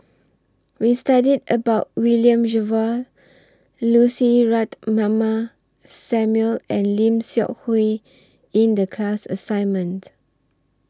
We studied about William Jervois Lucy Ratnammah Samuel and Lim Seok Hui in The class assignment